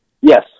Yes